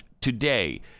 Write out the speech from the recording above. today